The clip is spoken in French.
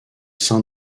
sein